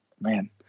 man